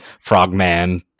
frogman